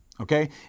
okay